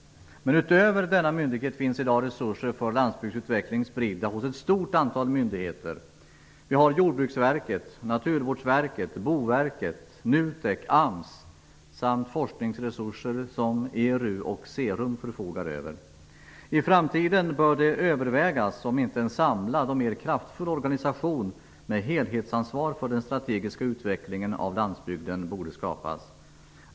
Utöver denna myndighet finns i dag resuser för landsbygdens utveckling spridda hos ett stort antal myndigheter: Jordbruksverket, Naturvårdsverket, Boverket, NUTEK, AMS samt forskningsorgan som ERU och CERUM. I framtiden bör det övervägas om inte en samlad och mer kraftfull organisation med helhetsansvar för den strategiska utvecklingen av landsbygden borde skapas.